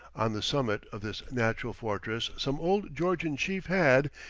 on the summit of this natural fortress some old georgian chief had,